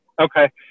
Okay